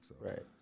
Right